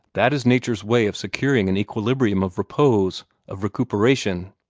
that is nature's way of securing an equilibrium of repose of recuperation.